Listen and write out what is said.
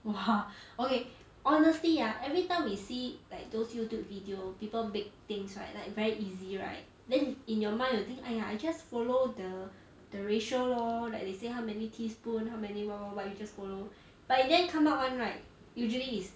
!wah! okay honestly ah every time we see like those youtube video people bake things right like very easy right then in your mind you think !aiya! I just follow the the ratio lor like they say how many teaspoon how many more but you just follow but in the end come out [one] right usually is